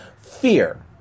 Fear